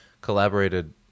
collaborated